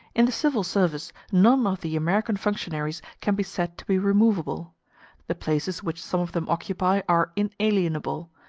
in the civil service none of the american functionaries can be said to be removable the places which some of them occupy are inalienable,